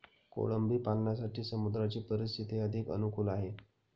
कोळंबी पालनासाठी समुद्राची परिस्थिती अधिक अनुकूल आहे